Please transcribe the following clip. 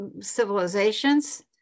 civilizations